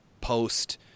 post